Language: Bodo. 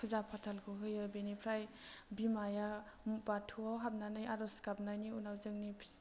फुजा फाथालखौ होयो बिनिफ्राय बिमाया बाथौवाव हाबनानै आर'ज गाबनानै उनाव जोंनि फि